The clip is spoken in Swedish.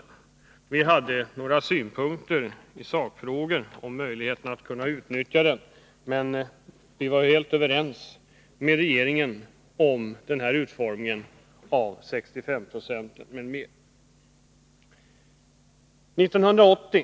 Vi hade en del synpunkter när det gällde möjligheten att utnyttja försäkringen, men vi var helt överens med regeringen om den utformning som bl.a. innebar att pensionsnivån sattes till 65 90.